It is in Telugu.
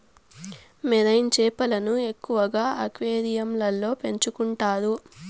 మెరైన్ చేపలను ఎక్కువగా అక్వేరియంలలో పెంచుకుంటారు